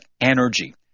energy